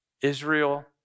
Israel